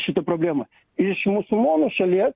šita problema iš musulmonų šalies